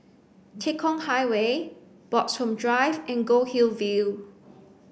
Tekong Highway Bloxhome Drive and Goldhill View